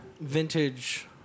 vintage